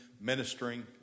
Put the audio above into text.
ministering